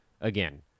again